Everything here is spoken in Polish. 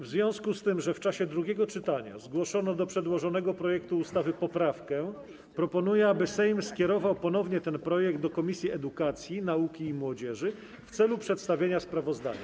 W związku z tym, że w czasie drugiego czytania zgłoszono do przedłożonego projektu ustawy poprawkę, proponuję, aby Sejm skierował ponownie ten projekt do Komisji Edukacji, Nauki i Młodzieży w celu przedstawienia sprawozdania.